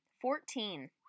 Fourteen